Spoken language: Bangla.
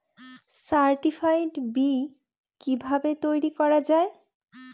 সার্টিফাইড বি কিভাবে তৈরি করা যায়?